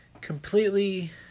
completely